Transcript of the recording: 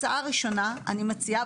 הצעה ראשונה שאני מציעה,